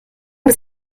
bis